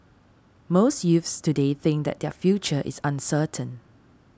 most youths today think that their future is uncertain